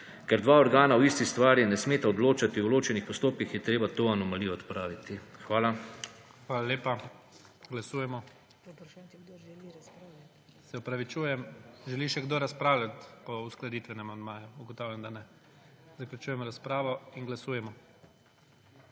Ker dva organa v isti stvari ne smega odločati v ločenih postopkih je treba to anomalijo odpraviti. Hvala. PREDSEDNIK IGOR ZORČIČ: Hvala lepa. Glasujemo. Se opravičujem, želi še kdo razpravljati o uskladitvenem amandmaju? (Ne.) Ugotavljam, da ne. Zaljučujem razpravo. Glasujemo.